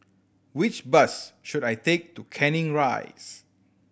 which bus should I take to Canning Rise